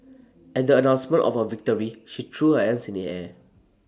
at the announcement of her victory she threw her hands in the air